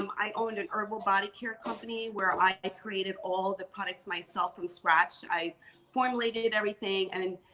um i owned an herbal body care company, where i created all the products myself from scratch. i formulated everything. and,